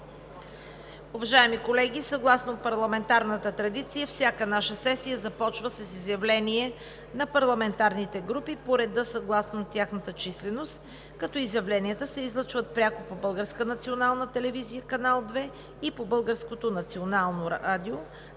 Уважаеми колеги, съгласно парламентарната традиция всяка наша сесия започва с изявление на парламентарните групи по реда съгласно тяхната численост, като изявленията се излъчват пряко по Българската